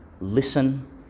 listen